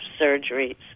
surgeries